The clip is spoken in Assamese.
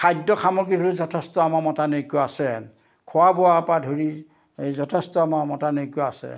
খাদ্য সামগ্ৰীতো যথেষ্ট আমাৰ মতানৈক্য আছে খোৱা বোৱাৰ পৰা ধৰি যথেষ্ট আমাৰ মতানৈক্য আছে